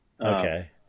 Okay